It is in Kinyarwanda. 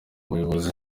umuyobozi